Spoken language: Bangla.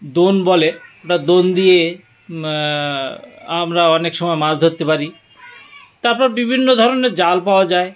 দোন বলে বা দোন দিয়ে আমরা অনেক সময় মাছ ধরতে পারি তারপর বিভিন্ন ধরনের জাল পাওয়া যায়